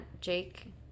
Jake